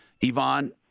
Yvonne